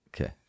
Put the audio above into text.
Okay